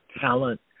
talent